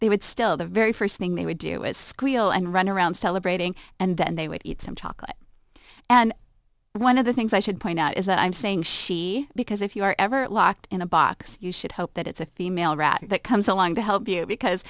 they would still the very first thing they would do is squeal and run around celebrating and then they would eat some chocolate and one of the things i should point out is that i'm saying she because if you're ever locked in a box you should hope that it's a female rat that comes along to help you because